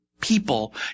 people